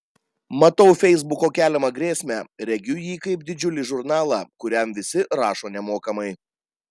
matau feisbuko keliamą grėsmę regiu jį kaip didžiulį žurnalą kuriam visi rašo nemokamai